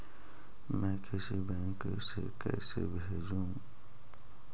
मैं किसी बैंक से कैसे भेजेऊ